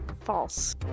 False